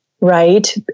right